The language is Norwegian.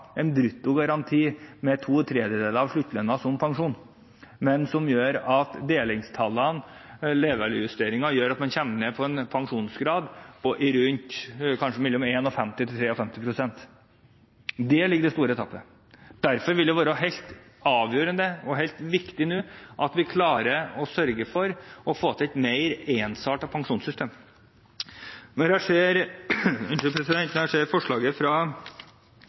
en bruttogaranti med to tredeler av sluttlønnen som pensjon. Delingstallene, levealdersjusteringen, gjør at man kommer ned på en pensjonsgrad på kanskje mellom 51 og 53 pst. Der ligger det store tapet. Derfor vil det være helt avgjørende og viktig at vi nå klarer å sørge for å få til et mer ensartet pensjonssystem. Når jeg ser forslaget fra SV, synes jeg også at forslaget